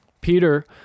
Peter